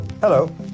Hello